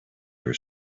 her